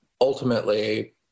ultimately